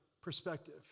perspective